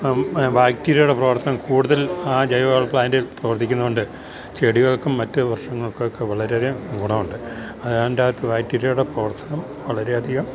ബാക്ടീരിയയുടെ പ്രവർത്തനം കൂടുതൽ ആ ജൈവവള പ്ലാൻറ്റിൽ പ്രവർത്തിക്കുന്നുണ്ട് ചെടികൾക്കും മറ്റു വൃക്ഷങ്ങൾക്കുമൊക്കെ വളരെയധികം ഗുണമുണ്ട് അതിന്റെയകത്ത് ബാക്ടീരിയയുടെ പ്രവർത്തനം വളരെയധികം